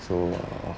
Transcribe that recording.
so err